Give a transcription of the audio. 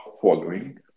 following